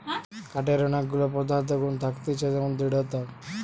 কাঠের অনেক গুলা পদার্থ গুনাগুন থাকতিছে যেমন দৃঢ়তা